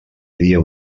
dia